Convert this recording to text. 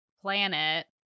planet